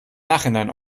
nachhinein